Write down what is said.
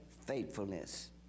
faithfulness